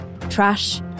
Trash